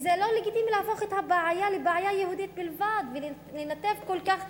זה לא לגיטימי להפוך את הבעיה לבעיה יהודית בלבד ולנתב כל כך,